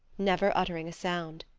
never uttering a sound.